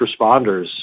responders